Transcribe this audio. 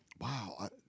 Wow